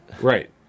Right